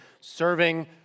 serving